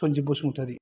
Sanjib Basumatary